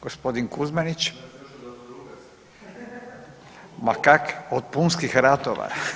Gospodin Kuzmanić … [[Upadica: Ne razumije se.]] ma kakvi od punskih ratova.